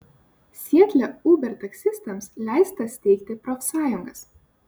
sietle uber taksistams leista steigti profsąjungas